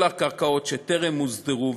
כל הקרקעות שטרם הוסדרו,